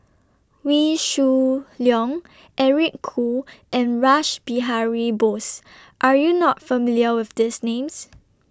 Wee Shoo Leong Eric Khoo and Rash Behari Bose Are YOU not familiar with These Names